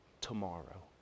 tomorrow